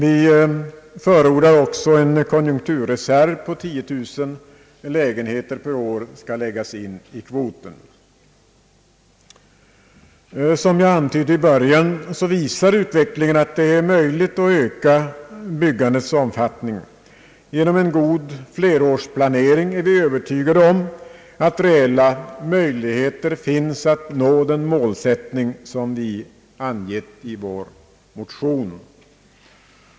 Vi förordar också att en konjunkturreserv på 10 000 lägenheter per år läggs in i kvoten. Som jag antydde i början visar utvecklingen att det är möjligt att öka byggandets omfattning. Vi är övertygade om att reella möjligheter finns att genom en god flerårsplanering nå den målsättning som vi angivit i vår motion.